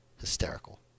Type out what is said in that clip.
Hysterical